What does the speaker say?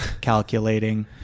calculating